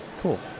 Cool